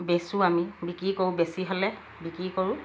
বেচোঁ আমি বিক্ৰী কৰোঁ বেছি হ'লে বিক্ৰী কৰোঁ